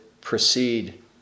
proceed